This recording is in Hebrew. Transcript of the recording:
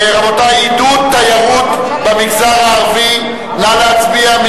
רבותי, עידוד תיירות במגזר הערבי, נא להצביע.